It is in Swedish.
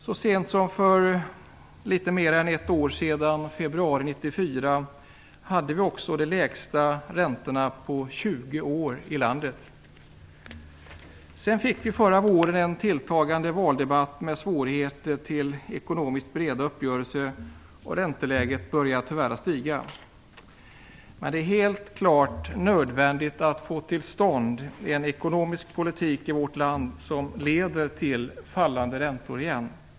Så sent som för litet mer än ett år sedan, i februari 1994, hade vi de lägsta räntorna på 20 år i landet. Sedan fick vi förra våren en tilltagande valdebatt med svårigheter till breda ekonomiska uppgörelser, och ränteläget började tyvärr att förvärras. Men det är helt klart nödvändigt att få till stånd en ekonomisk politik i vårt land som leder till fallande räntor igen.